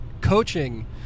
coaching